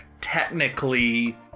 technically